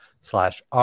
slash